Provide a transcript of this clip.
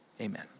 amen